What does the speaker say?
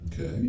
Okay